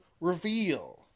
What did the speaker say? reveal